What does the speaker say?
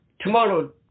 tomorrow